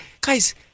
Guys